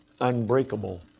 unbreakable